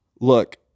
Look